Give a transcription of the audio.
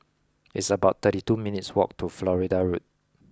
it's about thirty two minutes' walk to Florida Road